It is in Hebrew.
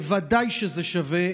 בוודאי שזה שווה.